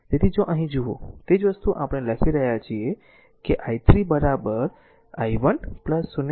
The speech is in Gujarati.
તેથી જો અહીં જુઓ તે જ વસ્તુ આપણે લખી રહ્યા છીએ કે i3 i1 0